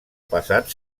passat